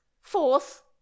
Fourth